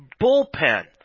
bullpen